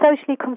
socially